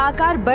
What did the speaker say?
ah god. but